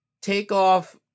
Takeoff